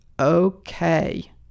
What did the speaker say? okay